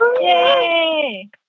Yay